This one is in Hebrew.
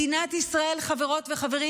חברות וחברים,